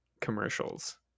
commercials